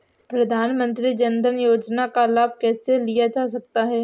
प्रधानमंत्री जनधन योजना का लाभ कैसे लिया जा सकता है?